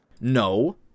no